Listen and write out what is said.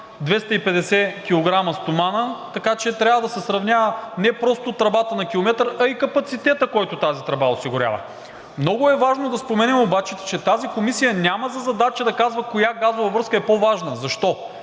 250 килограма стомана, така че трябва да се сравнява не просто тръбата на километър, а и капацитетът, който тази тръба осигурява. Много е важно да споменем обаче, че тази комисия няма за задача да казва коя газова връзка е по-важна. Защо?